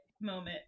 moment